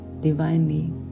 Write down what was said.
divinely